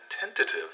tentative